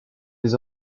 des